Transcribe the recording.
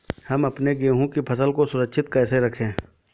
हम अपने गेहूँ की फसल को सुरक्षित कैसे रखें?